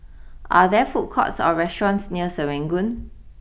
are there food courts or restaurants near Serangoon